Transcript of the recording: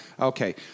Okay